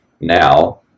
now